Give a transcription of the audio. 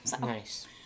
Nice